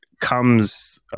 comes